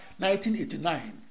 1989